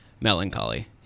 melancholy